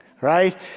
right